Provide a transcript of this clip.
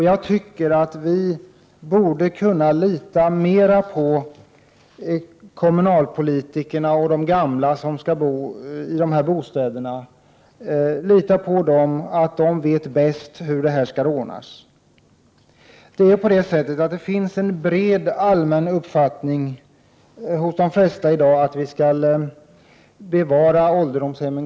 Jag tycker att vi borde kunna mera lita på att kommunalpolitikerna och de gamla som skall bo i dessa bostäder vet bäst hur det skall ordnas. Det finns en allmän uppfattning hos de flesta i dag att vi skall bevara ålderdomshemmen.